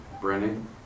Brennan